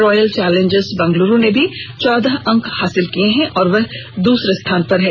royal Challengers Bangalore ने भी चौदह अंक हासिल कर लिये हैं और वह दूसरे स्थान पर है